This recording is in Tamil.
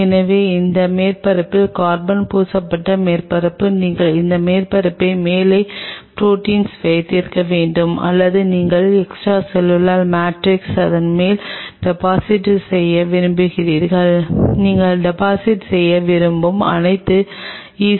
எனவே இது மேற்பரப்பில் கார்பன் பூசப்பட்ட மேற்பரப்பு நீங்கள் அந்த மேற்பரப்பை மேலே ப்ரோடீன்ஸ் வைத்திருக்க வேண்டும் அல்லது நீங்கள் எக்ஸ்ட்ராசெல்லுலர் மேட்ரிக்ஸை அதன் மேல் டெபாசிட் செய்ய விரும்புகிறீர்கள் நீங்கள் டெபாசிட் செய்ய விரும்பும் அனைத்து ஈ